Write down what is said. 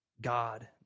God